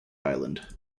island